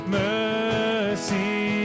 mercy